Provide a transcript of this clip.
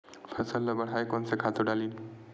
फसल ल बढ़ाय कोन से खातु डालन?